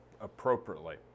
appropriately